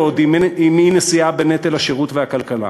עוד עם אי-נשיאה בנטל השירות והכלכלה,